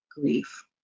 grief